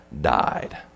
died